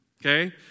okay